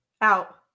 Out